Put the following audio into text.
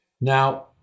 Now